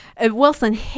Wilson